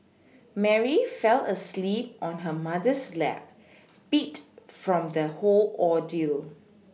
Mary fell asleep on her mother's lap beat from the whole ordeal